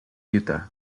utah